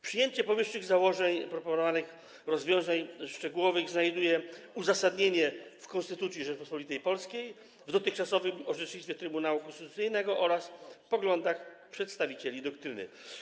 Przyjęcie powyższych założeń oraz proponowanych rozwiązań szczegółowych znajduje uzasadnienie w Konstytucji Rzeczypospolitej Polskiej, dotychczasowym orzecznictwie Trybunału Konstytucyjnego oraz poglądach przedstawicieli doktryny.